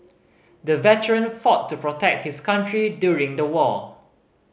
the veteran fought to protect his country during the war